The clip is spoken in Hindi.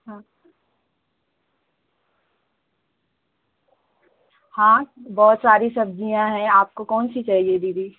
हाँ हाँ बहुत सारी सब्ज़ियाँ हैं आपको कौनसी चाहिए दीदी